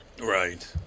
Right